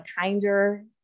kinder